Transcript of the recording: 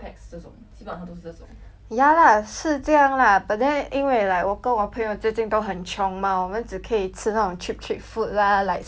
ya lah 是这样 lah but then 因为 like 我跟我朋友最近都很穷 mah 我们只可以吃那种 cheap cheap food lah like 什么 Aston 之类的 lor